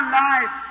life